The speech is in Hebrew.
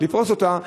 לפרוס אותה,